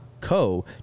co